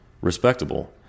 respectable